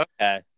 Okay